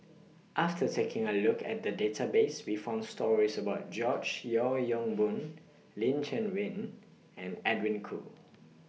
after taking A Look At The Database We found stories about George Yeo Yong Boon Lin Chen Win and Edwin Koo